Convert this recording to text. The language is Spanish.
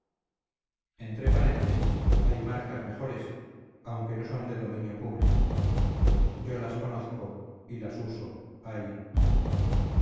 entre paréntesis hay marcas mejores aunque no son del dominio público yo las conozco y las uso ay